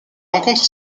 rencontres